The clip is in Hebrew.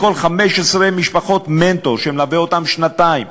לכל 15 משפחות יוצמד מנטור שילווה אותן שנתיים.